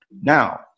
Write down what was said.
now